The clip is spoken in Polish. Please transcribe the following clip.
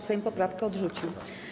Sejm poprawkę odrzucił.